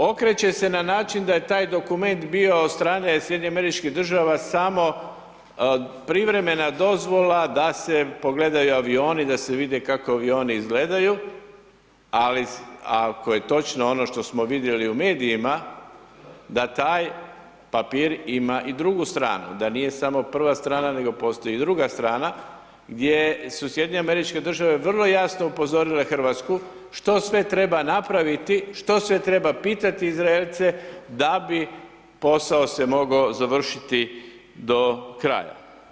Okreće se na način da je taj dokument bio od strane SAD-a samo privremena dozvola da se pogledaju avioni, da se vide kako avioni izgledaju, ali ako je točno ono što smo vidjeli u medijima da taj papir ima i drugu stranu, da nije samo prva strana, nego postoji i druga strana gdje su SAD vrlo jasno upozorile RH što sve treba napraviti, što sve treba pitati Izraelce da bi posao se mogao završiti do kraja.